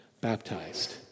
baptized